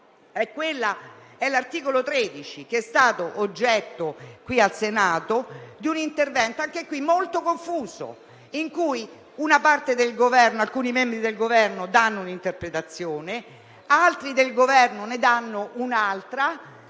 all'articolo 13, che è stato oggetto qui al Senato di un intervento anche in questo caso molto confuso, di cui alcuni membri del Governo danno un'interpretazione e altri membri del Governo ne danno un'altra.